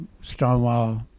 Stonewall